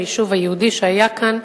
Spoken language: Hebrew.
ליישוב היהודי שהיה כאן,